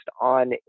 on